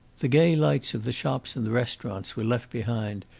the gay lights of the shops and the restaurants were left behind,